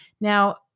Now